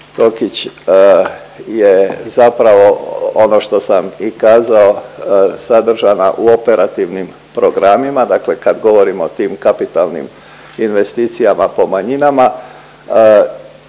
…Tokić je zapravo ono što sam i kazao sadržana u operativnim programima, dakle kad govorimo o tim kapitalnim investicijama po manjinama,